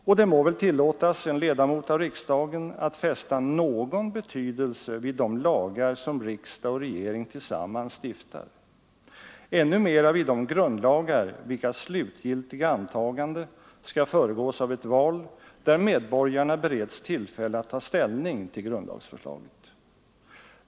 Och det må väl tillåtas en ledamot av riksdagen att fästa någon betydelse vid de lagar som riksdag och regering tillsammans stiftar, ännu mera vid de grundlagar vilkas slutgiltiga antagande skall föregås av ett val där medborgarna bereds tillfälle att ta ställning till grundlagsförslaget.